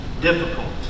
difficult